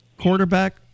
quarterback